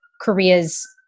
Korea's